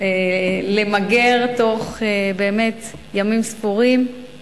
למגר תוך באמת ימים ספורים,